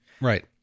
Right